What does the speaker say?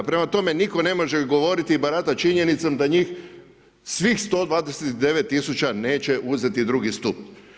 Prema tome, nitko ne može govoriti i baratati činjenicom da njih svih 129 tisuća neće uzeti drugi stup.